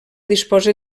disposa